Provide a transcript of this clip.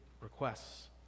requests